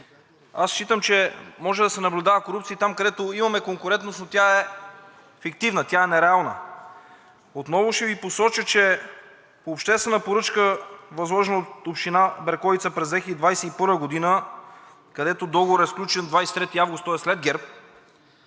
Аз считам, че може да се наблюдава корупция и там, където имаме конкурентност, но тя е фиктивна, тя е нереална. Отново ще Ви посоча, че обществена поръчка, възложена от Община Берковица през 2021 г., където договорът е сключен на 23 август, тоест след ГЕРБ,